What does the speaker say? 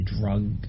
drug